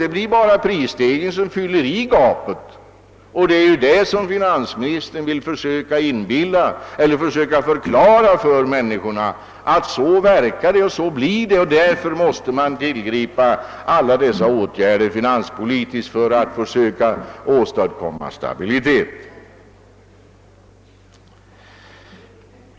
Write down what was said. Men det blir prisstegringarna som får fylla igen gapet. Det är den saken finansministern försöker förklara för medborgarna. Det verkar på det sättet. Och därför måste vi tillgripa finanspolitiska åtgärder för att åstadkomma stabilitet.